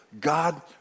God